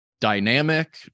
dynamic